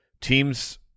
teams